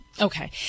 Okay